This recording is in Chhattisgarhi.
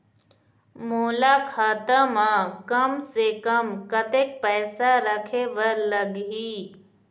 मोला खाता म कम से कम कतेक पैसा रखे बर लगही?